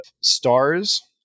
stars